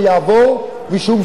משום שהוא טוב ליהודים,